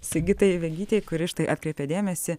sigitai vegytei kuri štai atkreipė dėmesį